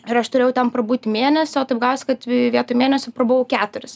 ir aš turėjau ten prabūt mėnesį o taip gavosi kad vi vietoj mėnesio prabuvau keturis